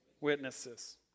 witnesses